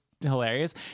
hilarious